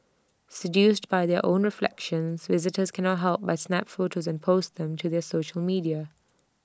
seduced by their own reflections visitors cannot help but snap photos and post them to their social media